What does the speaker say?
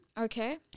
Okay